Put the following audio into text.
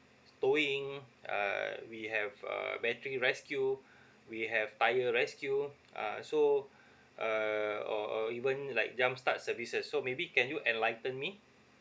towing err we have err battery rescue we have tire rescue ah so err or or even like jumpstart services so maybe can you enlighten me